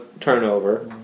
turnover